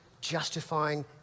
justifying